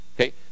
Okay